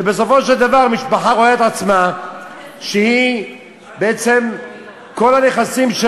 ובסופו של דבר משפחה רואה את עצמה שבעצם כל הנכסים של